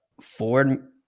ford